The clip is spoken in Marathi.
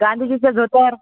गांधीजीचे धोतर